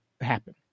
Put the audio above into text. happen